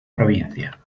provincia